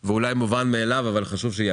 2023 ובזה לא ראינו מניעה משפטית.